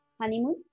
honeymoon